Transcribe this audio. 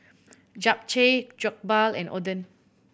Japchae Jokbal and Oden